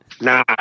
Nah